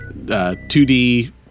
2d